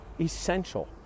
essential